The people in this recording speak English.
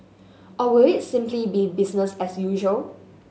or will it simply be business as usual